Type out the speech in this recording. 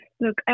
look